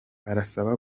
barasaba